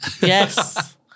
Yes